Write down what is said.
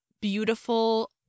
beautiful